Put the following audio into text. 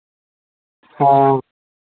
ᱦᱮᱸ